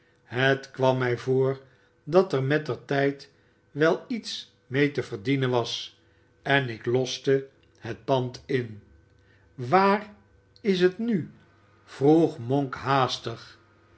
het kwam mij voor dat er mettertijd wel iets mee te verdienen was en ik loste het pand in waar is het nu vroeg monk haastig